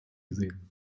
sehen